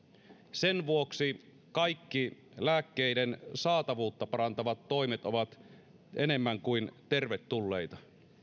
sen vuoksi kaikki lääkkeiden saatavuutta parantavat toimet ovat enemmän kuin tervetulleita